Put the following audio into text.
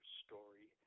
story